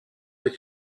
est